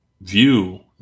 view